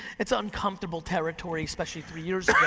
it's uncomfortable territory, especially three years ago.